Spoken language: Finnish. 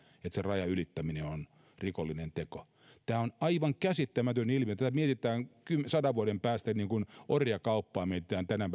että sen rajan ylittäminen on rikollinen teko tämä on aivan käsittämätön ilmiö tätä mietitään sadan vuoden päästä niin kuin orjakauppaa mietitään tänä